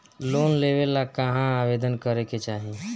Loan लेवे ला कहाँ आवेदन करे के चाही?